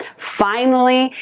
finally,